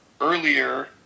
earlier